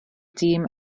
dîm